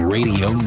Radio